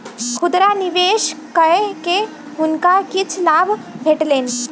खुदरा निवेश कय के हुनका किछ लाभ भेटलैन